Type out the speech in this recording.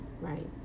Right